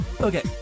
Okay